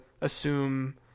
assume